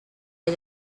had